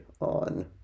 on